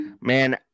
Man